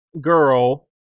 girl